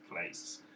place